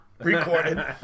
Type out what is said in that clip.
recorded